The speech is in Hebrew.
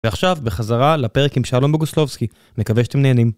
ועכשיו בחזרה לפרק עם שלום בוגוסלבסקי, מקווה שאתם נהנים